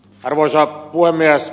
arvoisa puhemies